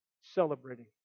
celebrating